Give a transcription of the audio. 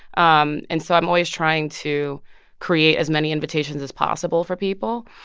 um and so i'm always trying to create as many invitations as possible for people.